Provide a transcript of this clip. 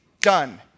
done